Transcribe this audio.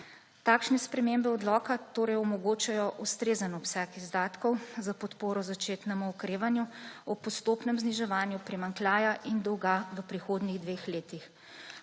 Takšne spremembe odloka torej omogočajo ustrezen obseg izdatkov za podporo začetnemu okrevanju ob postopnem zniževanju primanjkljaja in dolga v prihodnjih dveh letih.